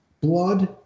blood